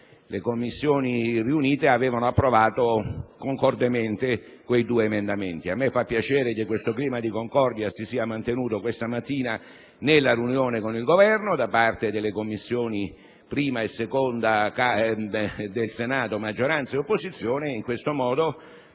le Commissioni riunite avevano approvato concordemente quei due emendamenti. A me fa piacere che quel clima di concordia si sia mantenuto questa mattina nella riunione con il Governo, da parte delle Commissioni 1a e 2a del Senato, fra maggioranza e opposizione; in questo modo,